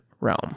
realm